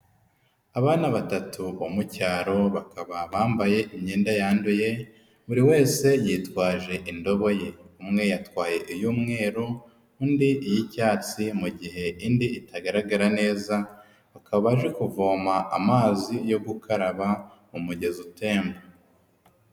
Abana batatu bo mu cyaro bakaba bambaye imyenda yanduye, buri wese yitwaje indobo ye, umwe yatwaye iy'umweru, undi iy'icyatsi, mu gihe indi itagaragara neza, bakaba baje kuvoma amazi yo gukaraba mu mugezi utemba.